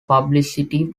publicity